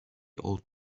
old